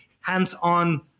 hands-on